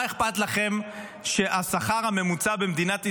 מה אכפת לכם שהשכר הממוצע במדינת ישראל,